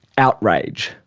outrage.